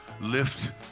lift